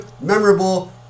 memorable